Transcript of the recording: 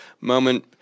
moment